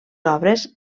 obres